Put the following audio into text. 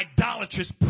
idolatrous